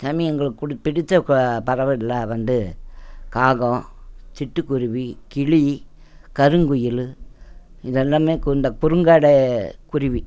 சாமி எங்களுக்கு பிடித்த பறவையில் வந்து காகம் சிட்டுக்குருவி கிளி கருங்குயில் இதெல்லாம் இந்த குறுங்காட குருவி